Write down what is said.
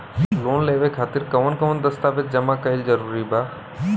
Loan लेवे खातिर कवन कवन दस्तावेज जमा कइल जरूरी बा?